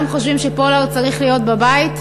וכולם חושבים שפולארד צריך להיות בבית.